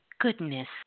goodness